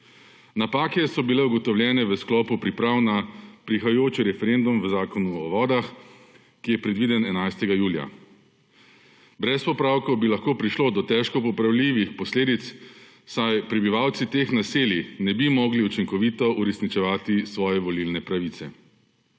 Napake so bile ugotovljene v sklopu priprav na prihajajoči referendum v Zakonu o vodah, ki je predviden 11. julija. Brez popravkov bi lahko prišlo do težko popravljivih posledic, saj prebivalci teh naselij ne bi mogli učinkovito uresničevati svoje volilne pravice.